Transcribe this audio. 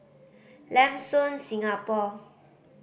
Lam Soon Singapore